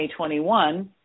2021